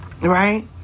right